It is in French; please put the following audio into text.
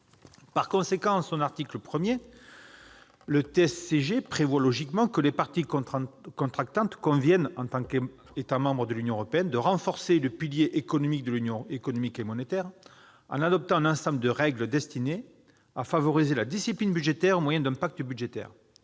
Par conséquent, en son article 1, le TSCG prévoit logiquement que les parties contractantes « conviennent, en tant qu'États membres de l'Union européenne, de renforcer le pilier économique de l'Union économique et monétaire en adoptant un ensemble de règles destinées à favoriser la discipline budgétaire au moyen d'un pacte budgétaire,